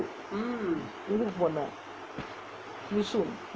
இதுக்கு போனேன்:ithukku ponaen yishun